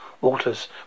waters